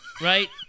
right